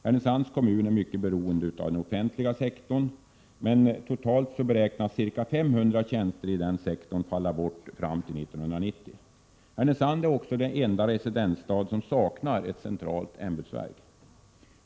Härnösands kommun är mycket beroende av den offentliga sektorn, men totalt beräknas ca 500 tjänster inom denna sektor falla bort fram till 1990. Härnösand är också den enda residensstad som saknar ett centralt ämbetsverk.